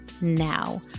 now